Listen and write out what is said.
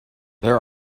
there